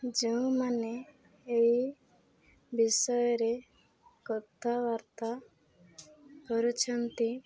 ଯେଉଁମାନେ ଏଇ ବିଷୟରେ କଥାବାର୍ତ୍ତା କରୁଛନ୍ତି